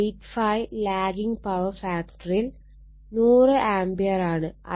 85 lagging power ഫാക്ടറിൽ 100 ആംപിയറാണ്